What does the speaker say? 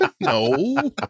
No